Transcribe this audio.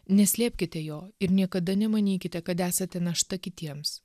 neslėpkite jo ir niekada nemanykite kad esate našta kitiems